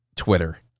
Twitter